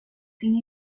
cine